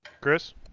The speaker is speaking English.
Chris